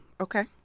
okay